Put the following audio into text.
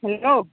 hello